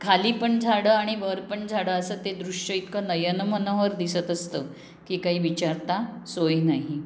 खाली पण झाडं आणि वर पण झाडं असं ते दृश्य इतकं नयनमनोहर दिसत असतं की काही विचारता सोय नाही